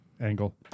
angle